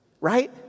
Right